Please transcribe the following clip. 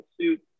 suit